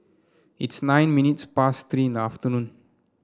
its nine minutes past Three in the afternoon